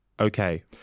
Okay